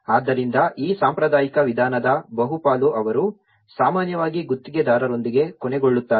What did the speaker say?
ಆದ್ದರಿಂದ ಈ ಸಾಂಪ್ರದಾಯಿಕ ವಿಧಾನದ ಬಹುಪಾಲು ಅವರು ಸಾಮಾನ್ಯವಾಗಿ ಗುತ್ತಿಗೆದಾರರೊಂದಿಗೆ ಕೊನೆಗೊಳ್ಳುತ್ತಾರೆ